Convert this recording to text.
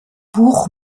buch